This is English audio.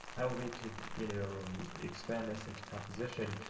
how we could you know expand this into composition.